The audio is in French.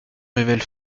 révèle